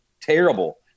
Terrible